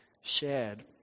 shared